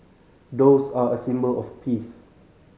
doves are a symbol of peace